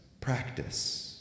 practice